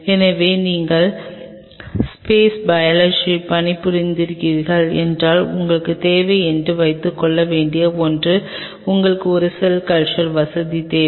எனவே நீங்கள் space biology பணிபுரிகிறீர்கள் என்றால் உங்களுக்குத் தேவை என்று வைத்துக்கொள்ள வேண்டிய ஒன்று உங்களுக்கு ஒரு செல் கல்ச்சர் வசதி தேவை